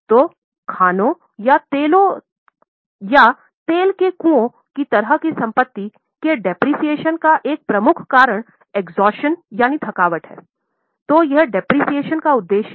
तो खानों या तेल के कुओं की तरह की संपत्ति के मूल्यह्रास का उद्देश्य हैं